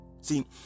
see